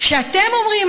שאתם אומרים,